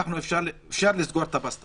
אם זה יעבור כך, אפשר לסגור את הבאסטה.